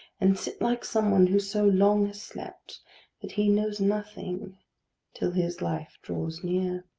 and sit like some one who so long has slept that he knows nothing till his life draw near.